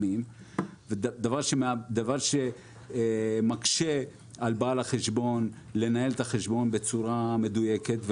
דבר שמקשה על בעל החשבון לנהל את החשבון בצורה מדויקת,